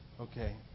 Okay